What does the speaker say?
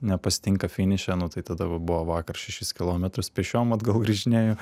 nepasitinka finiše nu tai tada va buvo vakar šešis kilometrus pėsčiom atgal grįžinėju